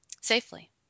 safely